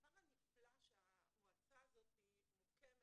הדבר הנפלא שהמועצה הזאת מוקמת,